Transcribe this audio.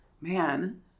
man